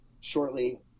shortly